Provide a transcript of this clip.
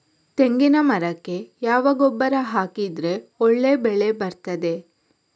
ತೆಂಗಿನ ಮರಕ್ಕೆ ಯಾವ ಗೊಬ್ಬರ ಹಾಕಿದ್ರೆ ಒಳ್ಳೆ ಬೆಳೆ ಬರ್ತದೆ?